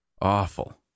Awful